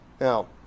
Now